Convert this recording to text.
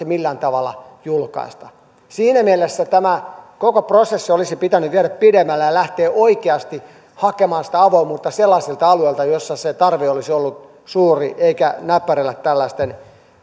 millään tavalla julkaista siinä mielessä tämä koko prosessi olisi pitänyt viedä pidemmälle ja lähteä oikeasti hakemaan sitä avoimuutta sellaisilta alueilta joilla se tarve olisi ollut suuri eikä näperrellä tällaisten